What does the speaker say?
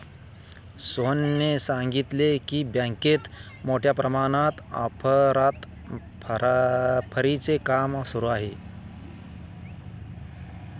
सोहनने सांगितले की, बँकेत मोठ्या प्रमाणात अफरातफरीचे काम सुरू आहे